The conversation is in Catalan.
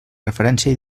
referència